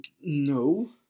No